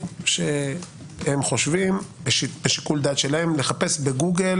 שהם חושבים בשיקול דעת שלהם לחפש בגוגל